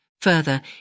Further